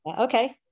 Okay